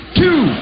two